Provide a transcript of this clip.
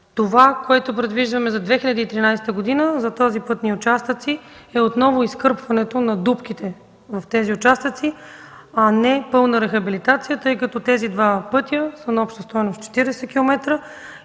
Това, което предвиждаме за 2013 г. за тези пътни участъци, е отново изкърпването на дупките в тези участъци, а не пълна рехабилитация, тъй като тези два пътя са на обща дължина 40 км